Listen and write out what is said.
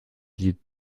lied